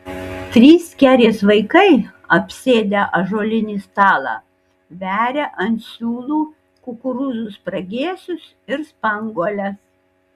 trys kerės vaikai apsėdę ąžuolinį stalą veria ant siūlų kukurūzų spragėsius ir spanguoles